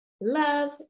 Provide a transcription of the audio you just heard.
love